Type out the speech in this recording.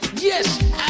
Yes